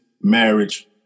marriage